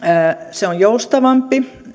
se on joustavampi